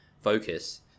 focus